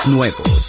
Nuevos